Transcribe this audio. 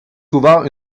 souvent